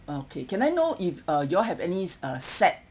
uh okay can I know if uh you all have any a set